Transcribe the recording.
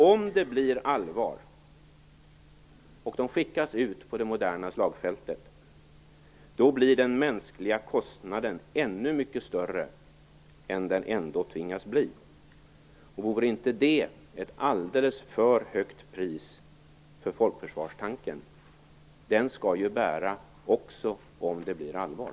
Om det blir allvar och de skickas ut på det moderna slagfältet blir den mänskliga kostnaden mycket större än den ändå tvingas bli. Vore inte det ett alldeles för högt pris för folkförsvarstanken? Den skall ju bära också om det blir allvar.